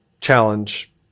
challenge